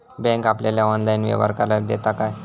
Bank आपल्याला online व्यवहार करायला देता काय?